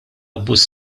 abbuż